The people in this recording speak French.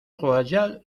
royale